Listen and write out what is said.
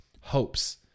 hopes